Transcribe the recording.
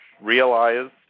realized